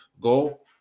go